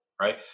right